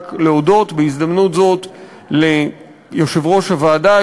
רק להודות בהזדמנות זאת ליושב-ראש הוועדה,